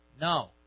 No